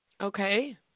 Okay